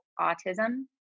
autism